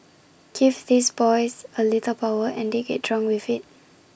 give these boys A little power and they get drunk with IT